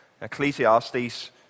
Ecclesiastes